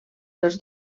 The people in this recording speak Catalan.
dels